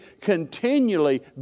continually